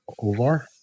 Ovar